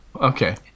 Okay